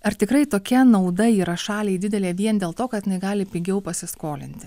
ar tikrai tokia nauda yra šaliai didelė vien dėl to kad jinai gali pigiau pasiskolinti